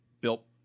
built